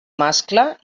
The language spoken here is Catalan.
mascle